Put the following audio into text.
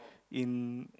in